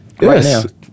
Yes